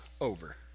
over